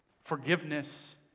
Forgiveness